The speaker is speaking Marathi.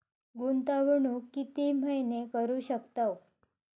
गुंतवणूक किती महिने करू शकतव?